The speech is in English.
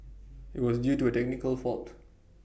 IT was due to A technical fault